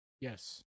Yes